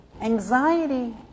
Anxiety